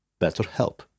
BetterHelp